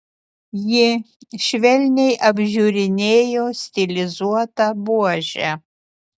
ji švelniai apžiūrinėjo stilizuotą buožę